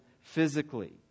physically